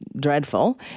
dreadful